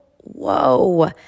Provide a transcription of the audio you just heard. whoa